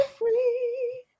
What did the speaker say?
free